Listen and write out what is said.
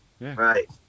Right